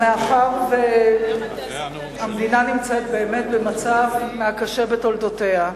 מאחר שהמדינה נמצאת באמת במצב מהקשים בתולדותיה,